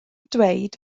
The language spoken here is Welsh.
dweud